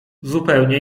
zupełnie